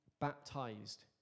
baptized